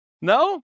no